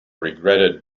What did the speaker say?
regretted